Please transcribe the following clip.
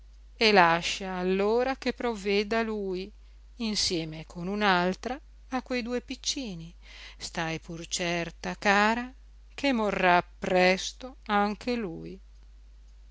e lascia allora che provveda lui insieme con l'altra a quei due piccini stai pur certa cara che morrà presto anche lui